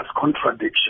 contradiction